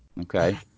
okay